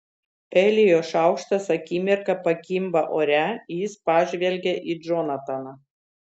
elijo šaukštas akimirką pakimba ore jis pažvelgia į džonataną